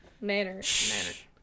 Manners